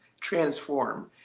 transform